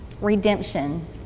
redemption